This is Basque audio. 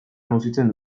nozitzen